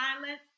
silence